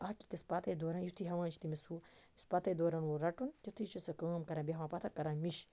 اکھ أکِس پَتے دوران یُتھُے ہیٚوان چھِ تٔمِس ہُہ یُس پَتے دورَن وول رَٹُن تیُتھُے چھُ سُہ کٲم کَران بیٚہوان پَتھَر کَران مِش